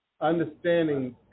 understanding